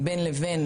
בין לבין,